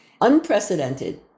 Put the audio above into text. unprecedented